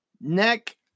Neck